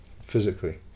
physically